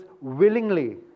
willingly